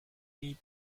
need